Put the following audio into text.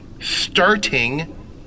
starting